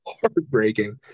heartbreaking